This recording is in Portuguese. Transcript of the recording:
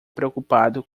preocupado